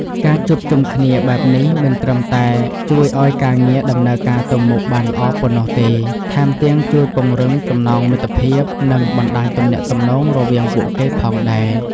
ការជួបជុំគ្នាបែបនេះមិនត្រឹមតែជួយឱ្យការងារដំណើរការទៅមុខបានល្អប៉ុណ្ណោះទេ ថែមទាំងជួយពង្រឹងចំណងមិត្តភាព និងបណ្ដាញទំនាក់ទំនងរវាងពួកគេផងដែរ។